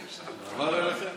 הוא עבר אליכם?